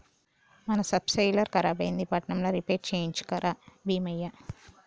మన సబ్సోయిలర్ ఖరాబైంది పట్నంల రిపేర్ చేయించుక రా బీమయ్య